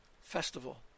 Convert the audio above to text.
festival